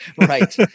Right